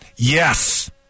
Yes